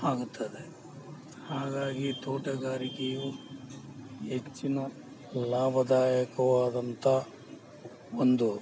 ಆಗುತ್ತದೆ ಹಾಗಾಗಿ ತೋಟಗಾರಿಕೆಯು ಹೆಚ್ಚಿನ ಲಾಭದಾಯಕವು ಆದಂಥ ಒಂದು